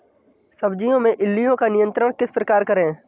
सब्जियों में इल्लियो का नियंत्रण किस प्रकार करें?